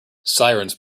sirens